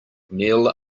neil